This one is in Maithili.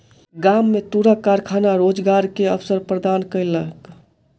गाम में तूरक कारखाना रोजगार के अवसर प्रदान केलक